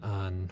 on